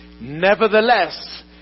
Nevertheless